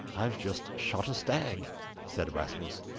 i've just shot a stag said rasmus,